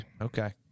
Okay